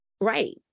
Right